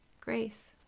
grace